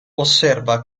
osserva